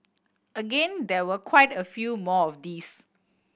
again there were quite a few more of these